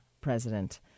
president